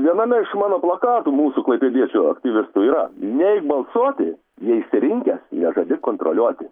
viename iš mano plakatų mūsų klaipėdiečių aktyvistų yra neik balsuoti jei išsirinkęs negali kontroliuoti